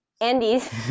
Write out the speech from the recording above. Andy's